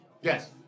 Yes